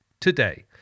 today